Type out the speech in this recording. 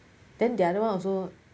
then the other one also